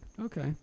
Okay